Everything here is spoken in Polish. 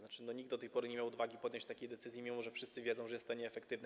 Nikt do tej pory nie miał odwagi podjąć takiej decyzji, mimo że wszyscy wiedzą, że jest to nieefektywne.